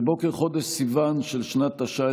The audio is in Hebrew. בבוקר חודש סיוון של שנת תש"א,